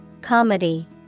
Comedy